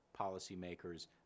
policymakers